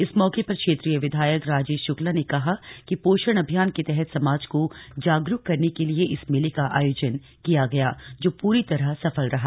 इस मौके पर क्षेत्रीय विधायक राजेश शुक्ला ने कहा कि पोषण अभियान के तहत समाज को जागरूक करने के लिए इस मेले का आयोजन किया गया जो पूरी तरह सफल रहा